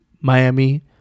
Miami